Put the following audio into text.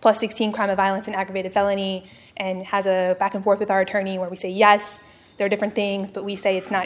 plus sixteen crime of violence an aggravated felony and has a back and work with our attorney where we say yes there are different things but we say it's not